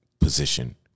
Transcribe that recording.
position